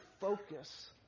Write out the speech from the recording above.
focus